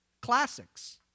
Classics